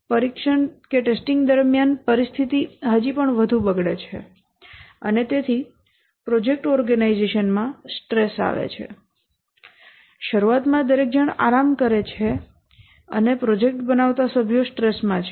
અને પરીક્ષણ દરમિયાન પરિસ્થિતિ હજી પણ વધુ બગડે છે અને તેથી પ્રોજેક્ટ ઓર્ગેનાઇઝેશનમાં સ્ટ્રેસ આવે છે શરૂઆતમાં દરેક જણ આરામ કરે છે અને પ્રોજેક્ટ બનાવતા સભ્યો સ્ટ્રેસ માં છે